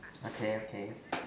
okay okay